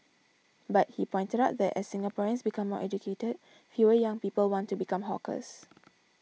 but he pointed out that as Singaporeans become more educated fewer young people want to become hawkers